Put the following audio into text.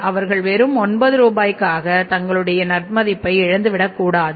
அவர்கள் வெறும் 9 ரூபாய்க்காக தங்களுடைய நன் மதிப்பை இழந்து விடக்கூடாது